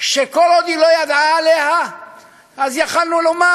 שכל עוד היא לא ידעה עליה אז יכולנו לומר,